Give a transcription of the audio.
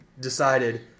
Decided